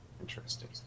interesting